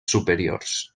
superiors